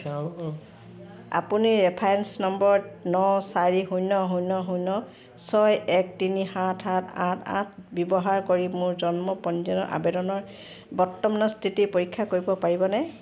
আপুনি reference number ন চাৰি শূন্য শূন্য শূন্য ছয় এক তিনি সাত সাত আঠ আঠ ব্যৱহাৰ কৰি মোৰ জন্ম পঞ্জীয়ন আবেদনৰ বৰ্তমানৰ স্থিতি পৰীক্ষা কৰিব পাৰিবনে